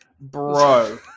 bro